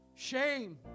Shame